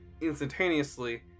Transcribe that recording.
instantaneously